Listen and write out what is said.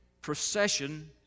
procession